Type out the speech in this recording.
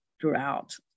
throughout